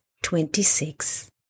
Twenty-six